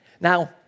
Now